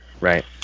right